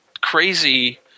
crazy